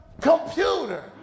computer